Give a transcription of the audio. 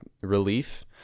relief